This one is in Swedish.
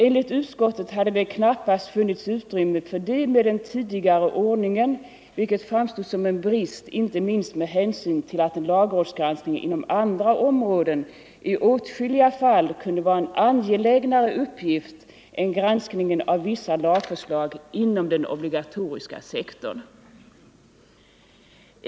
Enligt utskottet kunde en lagrådsgranskning inom andra områden i åtskilliga fall vara en ange lägnare uppgift än granskningen av vissa lagförslag inom den obligatoriska sektorn.